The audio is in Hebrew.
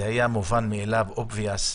זה היה מובן מאליו, obvious,